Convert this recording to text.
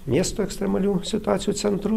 miesto ekstremalių situacijų centru